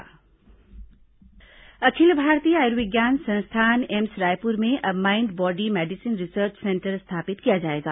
AIIMS research centre अखिल भारतीय आयुर्विज्ञान संस्थान एम्स रायपुर में अब mind body medicine research centre स्थापित किया जाएगा